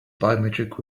biometric